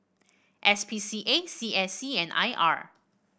S P C A C A C and I R